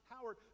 Howard